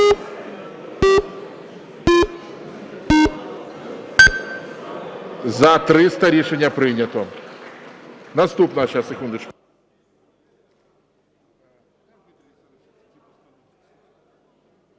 За-300 Рішення прийнято.